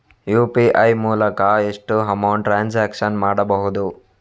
UPI ಮೂಲಕ ಎಷ್ಟು amount transaction ಮಾಡಬಹುದು?